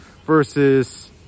versus